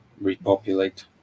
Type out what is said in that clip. repopulate